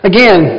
Again